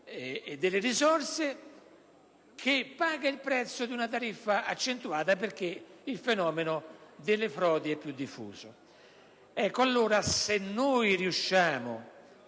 e delle risorse, che paga il prezzo di una tariffa accentuata perché il fenomeno delle frodi è più diffuso.